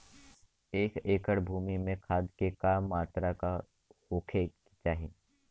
एक एकड़ भूमि में खाद के का मात्रा का होखे के चाही?